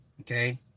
Okay